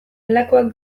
lakuak